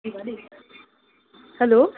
hello